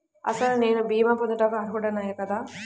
అసలు నేను భీమా పొందుటకు అర్హుడన కాదా?